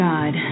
God